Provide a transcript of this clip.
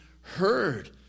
heard